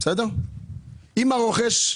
ואם הרוכש,